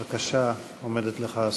בבקשה, עומדת לך הזכות.